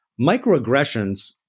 Microaggressions